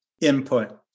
input